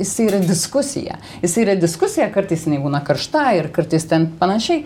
jisai yra diskusija jisai yra diskusija kartais jinai būna karšta ir kartais ten panašiai